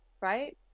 right